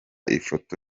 ifoto